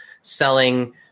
selling